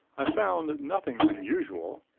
i found nothing unusual.